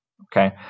okay